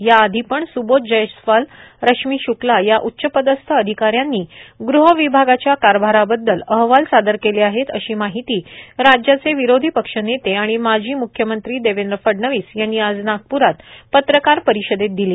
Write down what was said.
या आधीपण स्बोध जयस्वाल रश्मी श्क्ला या उच्चपदस्थ अधिका यांनी गृह विभागाच्या कारभाराबद्दल अहवाल सादर केले आहेत अशी माहिती राज्याचे विरोधी पक्ष नेते आणि माजी म्ख्यमंत्री देवेंद्र फडणवीस यांनी आज नागप्रात पत्रकार परिषदेत दिली